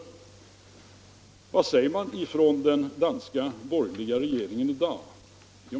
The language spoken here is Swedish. Vad säger den danska borgerliga regeringen i dag?